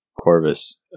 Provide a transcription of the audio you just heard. Corvus